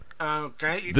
Okay